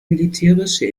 militärische